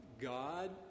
God